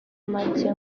make